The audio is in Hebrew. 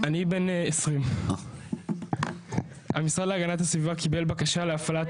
אני בן 20. המשרד להגנת הסביבה קיבל בקשה להפעלת